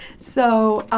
so,